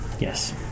Yes